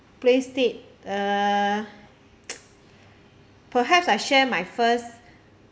placed it uh perhaps I share my first